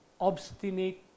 obstinate